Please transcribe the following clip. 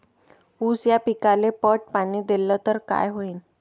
ऊस या पिकाले पट पाणी देल्ल तर काय होईन?